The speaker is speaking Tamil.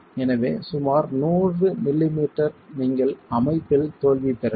எனவே சுமார் 100 மிமீ நீங்கள் அமைப்பில் தோல்வி பெறலாம்